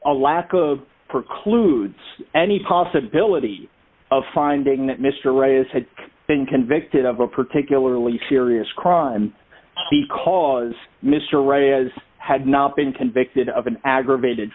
a lack of precludes any possibility of finding that mr right is had been convicted of a particularly serious crime because mr wright has had not been convicted of an aggravated